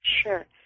Sure